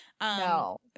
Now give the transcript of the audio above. No